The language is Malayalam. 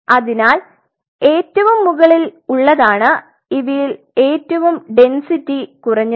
അതിനാൽ ഏറ്റവും മുകളിൽ ഉള്ളതാണ് ഇവയിൽ ഏറ്റവും ഡെന്സിറ്റി കുറഞ്ഞത്